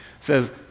says